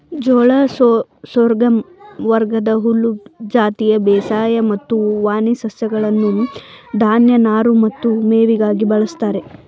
ಜೋಳ ಸೋರ್ಗಮ್ ವರ್ಗದ ಹುಲ್ಲು ಜಾತಿಯ ಬೇಸಾಯ ಮತ್ತು ವಾಣಿ ಸಸ್ಯಗಳನ್ನು ಧಾನ್ಯ ನಾರು ಮತ್ತು ಮೇವಿಗಾಗಿ ಬಳಸ್ತಾರೆ